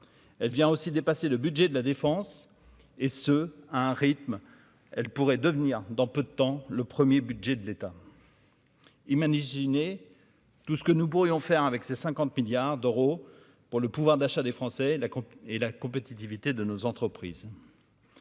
elle vient aussi dépassé le budget de la défense et ce, à un rythme, elle pourrait devenir dans peu de temps, le 1er budget de l'État imaginer tout ce que nous pourrions faire avec ces 50 milliards d'euros pour le pouvoir d'achat des Français là et la compétitivité de nos entreprises.